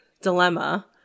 dilemma